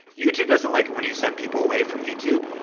youtube doesn't like it when you send people away from youtube,